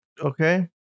Okay